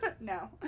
No